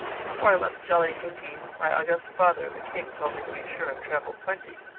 before i left jolliginki my august father, the king, told me to be sure and travel plenty.